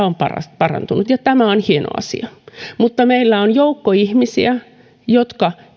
on parantunut ja tämä on hieno asia mutta meillä on joukko ihmisiä jotka